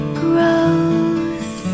grows